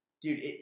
dude